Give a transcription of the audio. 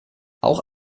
auch